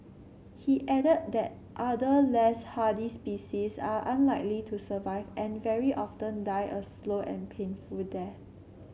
he added that other less hardy species are unlikely to survive and very often die a slow and painful death